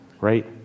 right